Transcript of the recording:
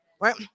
Right